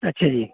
ਅੱਛਾ ਜੀ